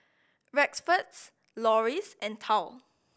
Rexford Loris and Tal